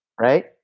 right